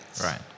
right